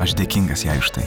aš dėkingas jai už tai